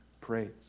praise